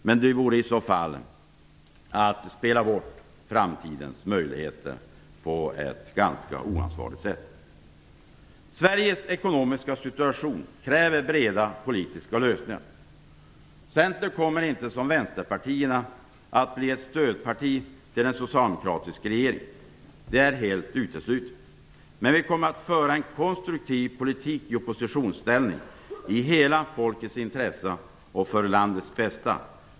Det vore i så fall att spela bort framtidens möjligheter på ett ganska oansvarigt sätt. Sveriges ekonomiska situation kräver breda politiska lösningar. Centern kommer inte som vänsterpartierna att bli ett stödparti till en socialdemokratisk regering. Det är helt uteslutet, men vi kommer att föra en konstruktiv politik i oppositionsställning i hela folkets intresse och för landets bästa.